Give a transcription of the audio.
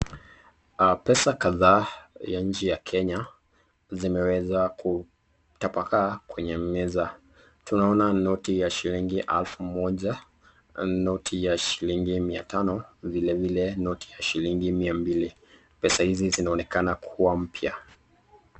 Pesa kadha ya nchi ya kenya zimeweza kutapakaa kwenye meza tunaona noti ya shilingi elfu moja ,noti ya shilingi mia tano vile vile noti ya shilingi mia mbili pesa hizi zinaonekana kuwa mpya.